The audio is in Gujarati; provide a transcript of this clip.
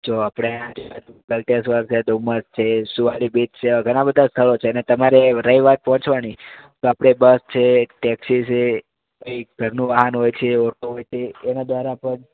જો આપણે ગળતેશ્વર છે ડુમ્મસ છે સુવાળી બીચ છે એવા ઘણાં બધા સ્થળો છે અને તમારે રહી વાત પહોંચવાની તો આપણે બસ છે ટેક્સી છે પછી ઘરનું વાહન હોય છે ઓટો હોય છે એના દ્વારા પણ